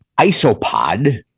isopod